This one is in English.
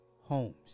homes